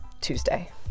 Tuesday